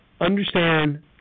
understand